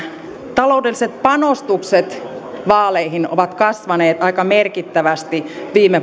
taloudelliset panostukset vaaleihin ovat kasvaneet aika merkittävästi viime